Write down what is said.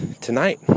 tonight